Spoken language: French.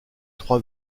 trois